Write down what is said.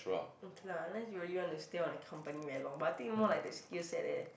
okay lah unless you really want to stay on a company very long but I think more like the skill set leh